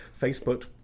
Facebook